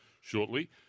shortly